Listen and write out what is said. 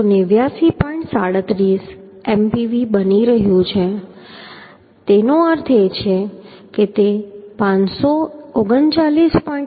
37 Mpv બની રહ્યું છે તેનો અર્થ એ કે 539